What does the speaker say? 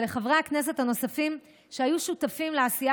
ולחברי הכנסת הנוספים שהיו שותפים לעשייה